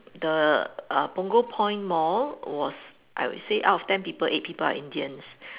the ah Punggol point Mall was I would say out of ten people eight people are Indians